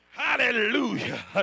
Hallelujah